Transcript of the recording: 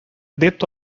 detto